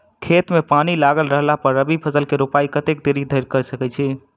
खेत मे पानि लागल रहला पर रबी फसल केँ रोपाइ कतेक देरी धरि कऽ सकै छी?